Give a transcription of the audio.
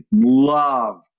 love